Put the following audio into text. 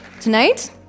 Tonight